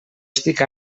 estic